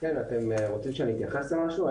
רוצים שאני אתייחס למשהו?